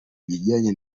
bijyanye